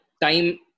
time